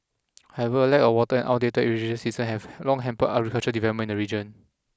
however lack of water and outdated irrigation systems have long hampered agricultural development in the region